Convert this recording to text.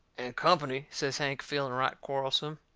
and company, says hank, feeling right quarrelsome.